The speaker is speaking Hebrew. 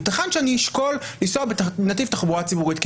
יתכן שאשקול לנסוע בנתיב תחבורה ציבורית כי